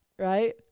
Right